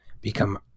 become